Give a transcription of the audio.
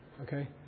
Okay